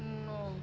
نو